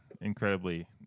incredibly